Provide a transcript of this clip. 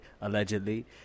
allegedly